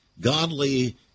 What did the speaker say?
godly